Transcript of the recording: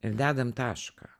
ir dedam tašką